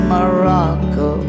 Morocco